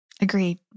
Agreed